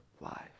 life